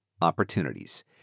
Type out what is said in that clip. opportunities